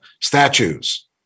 statues